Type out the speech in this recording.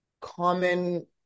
common